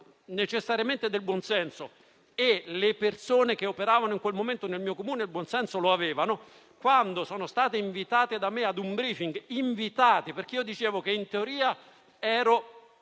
necessariamente del buon senso e le persone che operavano in quel momento nel mio Comune il buon senso lo avevano. Quando sono state invitate da me ad un *briefing* pomeridiano - invitate perché io in teoria ero